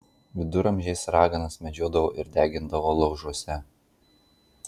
viduramžiais raganas medžiodavo ir degindavo laužuose